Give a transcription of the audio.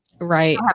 right